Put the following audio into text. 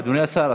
אדוני השר,